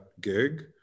gig